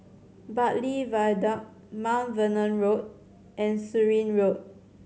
Bartley Viaduct Mount Vernon Road and Surin Road